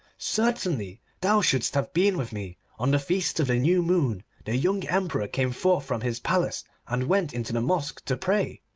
certainly thou shouldst have been with me. on the feast of the new moon the young emperor came forth from his palace and went into the mosque to pray.